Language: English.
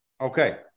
Okay